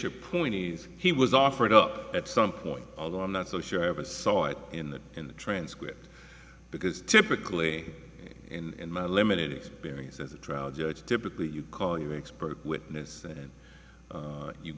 your point is he was offered up at some point although i'm not so sure i ever saw it in the in the transcript because typically in my limited experience as a trial judge typically you call you an expert witness and